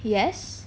yes